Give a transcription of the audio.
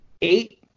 Eight